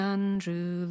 Andrew